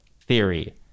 theory